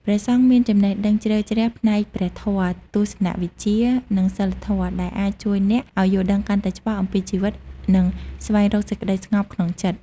ព្រះសង្ឃមានចំណេះដឹងជ្រៅជ្រះផ្នែកព្រះធម៌ ទស្សនវិជ្ជា និងសីលធម៌ ដែលអាចជួយអ្នកឱ្យយល់ដឹងកាន់តែច្បាស់អំពីជីវិត និងស្វែងរកសេចក្តីស្ងប់ក្នុងចិត្ត។